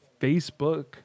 Facebook